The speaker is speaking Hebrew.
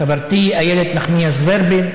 חברתי איילת נחמיאס ורבין,